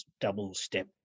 double-step